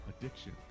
addiction